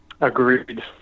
Agreed